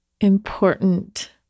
important